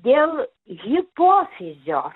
dėl hipofizio